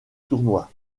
tournoi